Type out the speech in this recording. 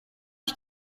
ich